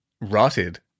rotted